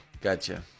Gotcha